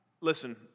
Listen